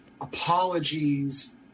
apologies